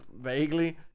Vaguely